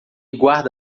guarda